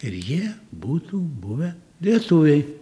ir jie būtų buvę lietuviai